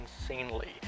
insanely